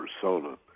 persona